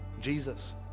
Jesus